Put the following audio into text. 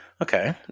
Okay